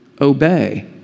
Obey